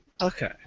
Okay